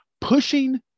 pushing